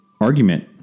argument